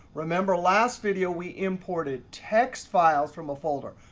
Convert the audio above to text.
remember, last video we imported text files from a folder.